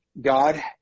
God